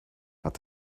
hat